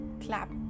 clap